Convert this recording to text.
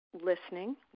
listening